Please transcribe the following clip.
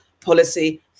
policy